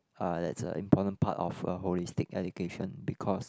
uh that's a important part of a holistic education because